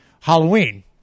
Halloween